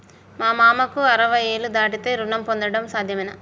మా మామకు అరవై ఏళ్లు దాటితే రుణం పొందడం సాధ్యమేనా?